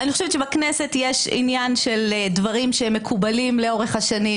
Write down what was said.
אני חושבת שבכנסת יש עניין של דברים שמקובלים לאורך השנים,